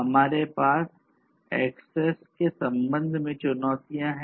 हमारे पास एक्सेस है